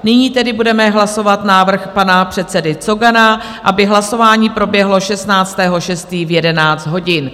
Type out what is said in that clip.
Nyní tedy budeme hlasovat návrh pana předsedy Cogana, aby hlasování proběhlo 16. 6. 2023 v 11 hodin.